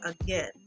again